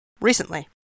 recently